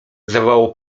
zawołał